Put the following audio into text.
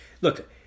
look